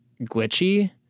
glitchy